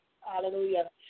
Hallelujah